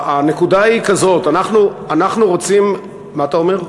הנקודה היא כזאת, אנחנו רוצים, מה אתה אומר?